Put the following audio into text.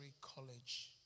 college